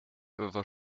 war